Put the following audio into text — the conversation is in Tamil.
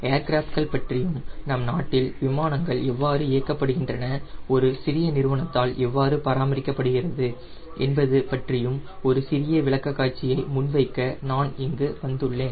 ஏர்கிராஃப்ட்கள் பற்றியும் நம் நாட்டில் விமானங்கள் எவ்வாறு இயக்கப்படுகின்றன ஒரு சிறிய நிறுவனத்தால் எவ்வாறு பராமரிக்கப்படுகிறது என்பது பற்றிய ஒரு சிறிய விளக்கக்காட்சியை முன்வைக்க நான் இங்கு வந்துள்ளேன்